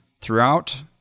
throughout